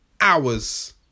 hours